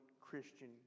Christian